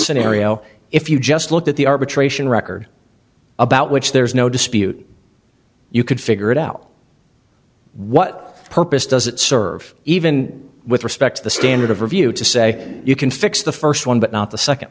scenario if you just looked at the arbitration record about which there is no dispute you could figure it out what purpose does it serve even with respect to the standard of review to say you can fix the first one but not the second